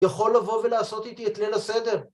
יכול לבוא ולעשות איתי את ליל הסדר.